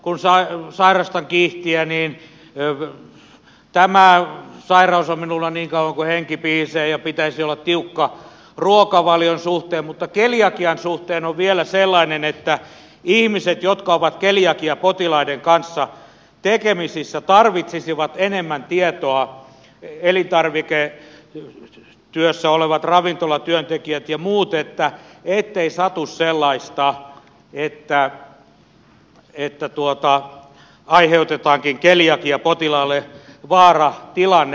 kun sairastan kihtiä niin tämä sairaus on minulla niin kauan kuin henki pihisee ja pitäisi olla tiukka ruokavalion suhteen mutta keliakian suhteen on vielä sellainen että ihmiset jotka ovat keliakiapotilaiden kanssa tekemisissä tarvitsisivat enemmän tietoa elintarviketyössä olevat ravintolatyöntekijät ja muut ettei satu sellaista että aiheutetaankin keliakiapotilaalle vaaratilanne